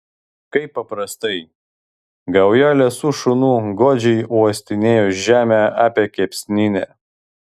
kaip paprastai gauja liesų šunų godžiai uostinėjo žemę apie kepsninę